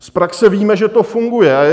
Z praxe víme, že to funguje.